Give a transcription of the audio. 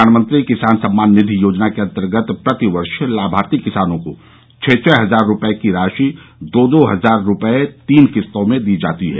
प्रधानमंत्री किसान सम्मान निधि योजना के अन्तर्गत प्रति वर्ष लाभार्थी किसानों को छह छह हजार रूपये की राशि दो दो हजार रूपये तीन किस्तों में दी जाती है